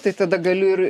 tai tada galiu ir